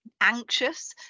anxious